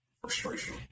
frustration